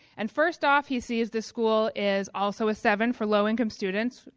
and first off he sees the school is also a seven for low-income students,